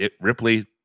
Ripley